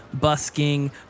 busking